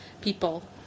people